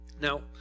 Now